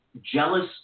jealous